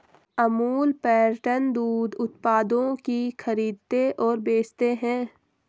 Amul pattern दूध उत्पादों की खरीदते और बेचते है